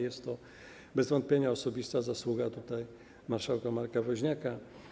Jest to bez wątpienia osobista zasługa marszałka Marka Woźniaka.